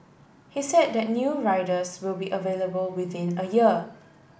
he said that new riders will be available within a year